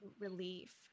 relief